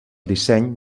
disseny